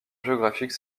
géographique